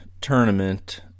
tournament